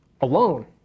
alone